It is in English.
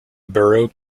borough